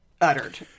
uttered